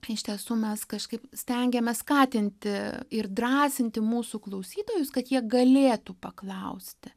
iš tiesų mes kažkaip stengiamės skatinti ir drąsinti mūsų klausytojus kad jie galėtų paklausti